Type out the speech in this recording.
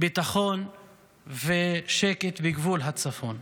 ביטחון ושקט בגבול הצפון.